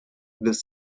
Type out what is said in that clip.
with